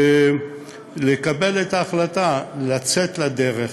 לקבל את ההחלטה לצאת לדרך